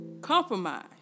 compromise